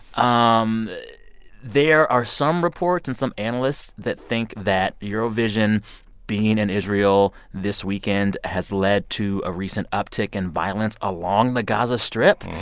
um there are some reports and some analysts that think that eurovision being in israel this weekend has led to a recent uptick in violence along the gaza strip.